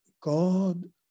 God